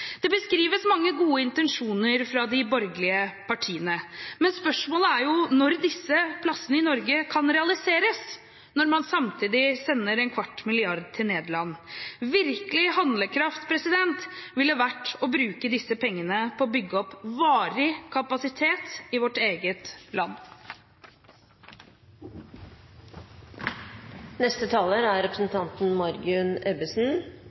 mange gode intensjoner, men spørsmålet er når disse plassene i Norge kan realiseres – når man samtidig sender en kvart milliard kroner til Nederland. Virkelig handlekraft ville vært å bruke disse pengene på å bygge opp varig kapasitet i vårt eget land. Det er